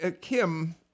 Kim